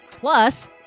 Plus